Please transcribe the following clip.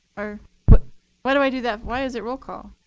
or but why do i do that? why is it roll call?